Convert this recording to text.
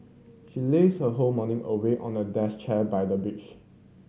she lazed her whole morning away on a desk chair by the beach